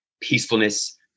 peacefulness